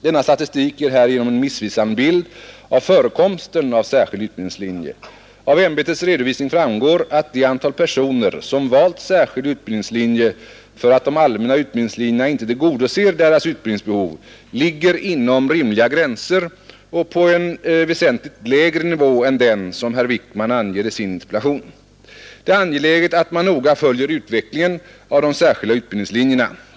Denna statistik ger härigenom en missvisande bild av förekomsten av särskild utbildningslinje. Av ämbetets redovisning framgår att det antal personer, som valt särskild utbildningslinje för att de allmänna utbildningslinjerna inte tillgodoser deras utbildningsbehov, ligger inom rimliga gränser och på en väsentligt lägre nivå än den som herr Wijkman anger i sin interpellation. Det är angeläget att man noga följer utvecklingen av de särskilda utbildningslinjerna.